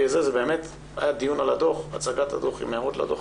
היום היה דיון על הצגת הדוח, עם הערות על הדוח.